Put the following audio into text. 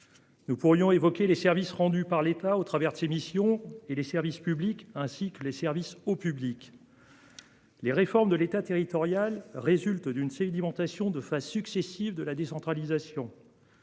Nous pourrions évoquer les services rendus par l'État au travers de ses missions et les services publics ainsi que les services au public. Les réformes de l'État, territorial résulte d'une sédimentation de phases successives de la décentralisation.